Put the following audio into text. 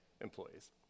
employees